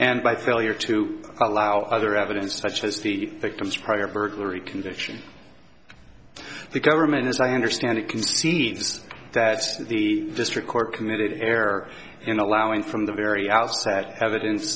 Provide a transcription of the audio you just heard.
and by failure to allow other evidence such as the victim's prior burglary conviction the government as i understand it can scenes that the district court committed error in allowing from the very outset evidence